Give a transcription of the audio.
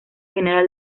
general